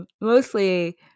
Mostly